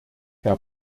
herr